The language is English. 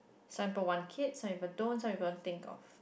so even one kid so even don't so even think of